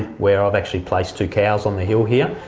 where i've actually placed two cows on the hill here.